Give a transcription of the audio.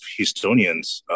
houstonians